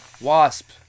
Wasp